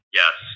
yes